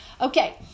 Okay